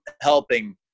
helping